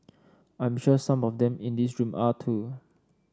I am sure some of them in this room are too